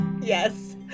Yes